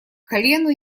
колену